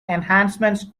enhancement